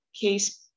case